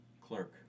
Clerk